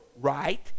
right